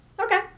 Okay